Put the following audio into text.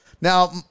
Now